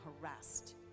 harassed